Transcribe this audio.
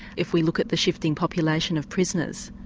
if we look at the shifting population of prisoners.